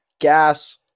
gas